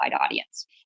audience